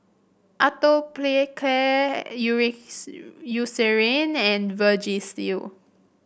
Atopiclair Eucerin and Vagisil